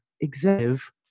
executive